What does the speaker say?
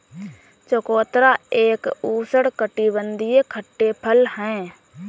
चकोतरा एक उष्णकटिबंधीय खट्टे फल है